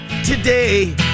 today